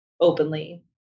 openly